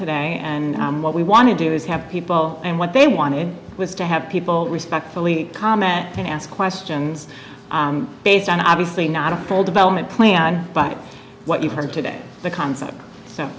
today and what we want to do is have people and what they wanted was to have people respectfully comment and ask questions based on obviously not a full development plan but what you heard today the concept so